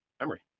memory